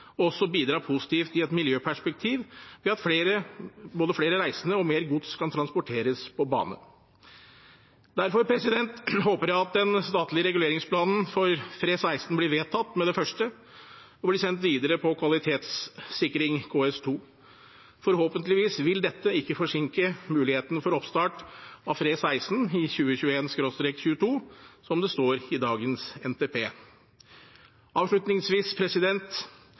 også bidra positivt i et miljøperspektiv ved at både flere reisende og mer gods kan transporteres på bane. Derfor håper jeg at den statlige reguleringsplanen for FRE16 blir vedtatt med det første og blir sendt videre til kvalitetssikring, KS2. Forhåpentligvis vil dette ikke forsinke muligheten for oppstart av FRE16 i 2021/2022, som det står i dagens NTP. Avslutningsvis: